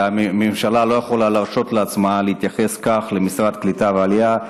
והממשלה לא יכולה להרשות לעצמה להתייחס כך למשרד הקליטה והעלייה,